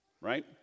right